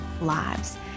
lives